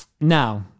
Now